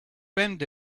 bend